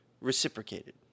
reciprocated